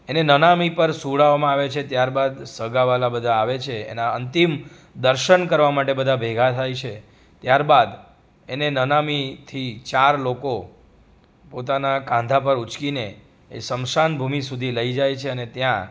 એને નનામી પર સુવડાવામાં આવે છે ત્યારબાદ સગા વ્હાલા બધાં આવે છે એના અંતિમ દર્શન કરવા માટે બધાં ભેગાં થાય છે ત્યારબાદ એને નનામીથી ચાર લોકો પોતાના કાંધા પર ઉંચકીને એ સ્મશાન ભૂમિ સુધી લઈ જાય છે અને ત્યાં